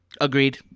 Agreed